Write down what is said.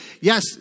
yes